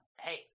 hey